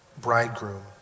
bridegroom